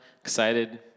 excited